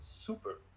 super